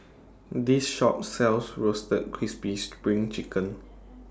This Shop sells Roasted Crispy SPRING Chicken